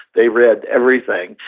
they read everything.